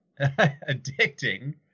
addicting